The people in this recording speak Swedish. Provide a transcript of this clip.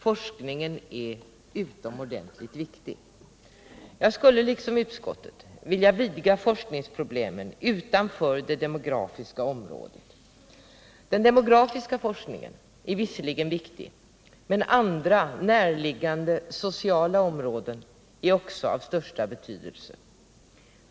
Forskningen är utomordentligt viktig. Jag skulle liksom utskottet vilja vidga forskningsproblemen utanför det demografiska området. Den demografiska forskningen är visserligen viktig, men andra, närliggande sociala områden är också av stor betydelse.